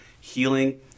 healing